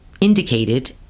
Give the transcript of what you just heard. indicated